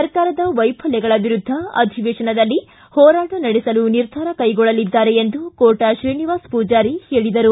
ಸರಕಾರದ ವೈಫಲ್ಯಗಳ ವಿರುದ್ದ ಅಧಿವೇಶದಲ್ಲಿ ಹೋರಾಟ ನಡೆಸಲು ನಿರ್ಧಾರ ಕೈಗೊಳ್ಳಲಿದ್ದಾರೆ ಎಂದು ಕೋಟಾ ಶ್ರೀನಿವಾಸ ಪೂಜಾರಿ ಹೇಳಿದರು